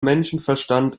menschenverstand